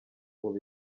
ubu